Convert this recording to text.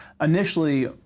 initially